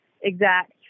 exact